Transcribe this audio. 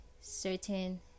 certain